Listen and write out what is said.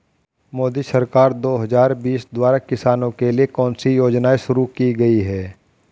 मोदी सरकार दो हज़ार बीस द्वारा किसानों के लिए कौन सी योजनाएं शुरू की गई हैं?